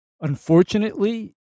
unfortunately